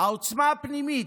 העוצמה הפנימית,